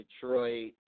Detroit